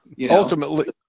Ultimately